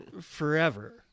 Forever